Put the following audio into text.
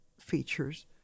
features